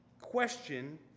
question